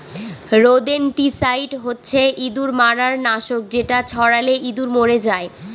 rodenticide হচ্ছে ইঁদুর মারার নাশক যেটা ছড়ালে ইঁদুর মরে যায়